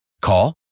Call